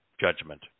judgment